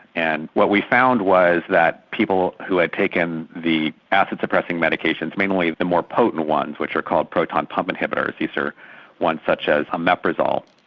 and what we found was that people who had taken taken the acid suppressing medications, mainly the more potent ones which are called proton pump inhibitors, these are ones such as omeprazole.